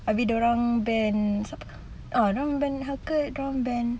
abeh dia orang ban ah dia orang ban helcurt dia orang ban